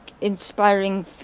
inspiring